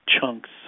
chunks